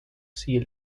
sea